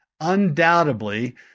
Undoubtedly